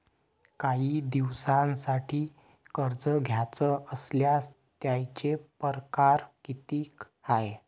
कायी दिसांसाठी कर्ज घ्याचं असल्यास त्यायचे परकार किती हाय?